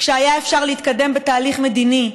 כשהיה אפשר להתקדם בתהליך מדיני,